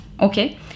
Okay